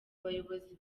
bayobozi